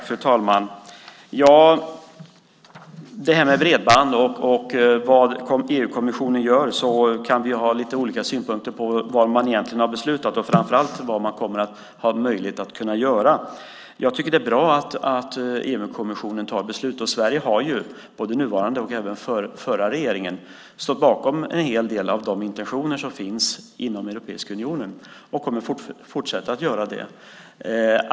Fru talman! När det gäller bredband och vad EU-kommissionen gör kan vi ha olika synpunkter på vad man egentligen har beslutat och framför allt vad man kommer att ha möjlighet att kunna göra. Jag tycker att det är bra att EU-kommissionen tar beslut. Både Sveriges nuvarande regering och den förra har stått bakom en hel del av de intentioner som finns inom Europeiska unionen, och vi kommer att fortsätta att göra det.